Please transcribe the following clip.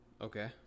Okay